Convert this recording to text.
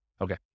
Okay